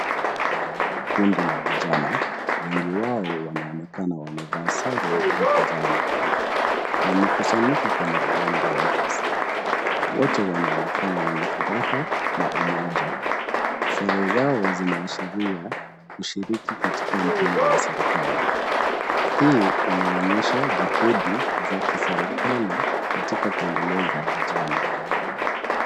Kundi la vijana wengi wao wanaonekana wamevaa sare za kijani wamekusanyika kwenye uwanja wa nyasi. Wote wanaonekana wenye furaha na umoja. Sare zao zinaashiria kushiriki katika mpango wa serikali. Hii inaonyesha juhudi za kiserikali katika kuendeleza vijana.